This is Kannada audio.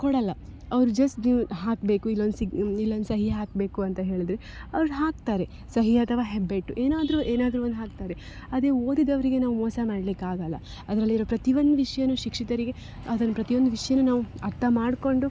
ಕೊಡಲ್ಲ ಅವ್ರು ಜಸ್ಟ್ ನೀವು ಹಾಕಬೇಕು ಇಲ್ಲೊಂದು ಸಿಗ ಇಲ್ಲೊಂದು ಸಹಿ ಹಾಕಬೇಕು ಅಂತ ಹೇಳಿದ್ರೆ ಅವ್ರು ಹಾಕ್ತಾರೆ ಸಹಿ ಅಥವಾ ಹೆಬ್ಬೆಟ್ಟು ಏನಾದ್ರೂ ಏನಾದ್ರೂ ಒಂದು ಹಾಕ್ತಾರೆ ಅದೇ ಓದಿದವರಿಗೆ ನಾವು ಮೋಸ ಮಾಡಲಿಕ್ಕಾಗಲ್ಲ ಅದರಲ್ಲಿರೋ ಪ್ರತಿ ಒಂದು ವಿಷ್ಯವು ಶಿಕ್ಷಿತರಿಗೆ ಅದನ್ನು ಪ್ರತಿಯೊಂದು ವಿಷ್ಯವು ನಾವು ಅರ್ಥ ಮಾಡಿಕೊಂಡು